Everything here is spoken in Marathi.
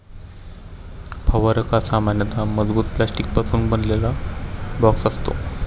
फवारक हा सामान्यतः मजबूत प्लास्टिकपासून बनवलेला बॉक्स असतो